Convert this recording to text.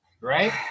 Right